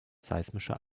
seismischer